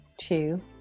two